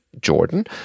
Jordan